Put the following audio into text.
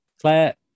Claire